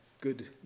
good